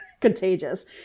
contagious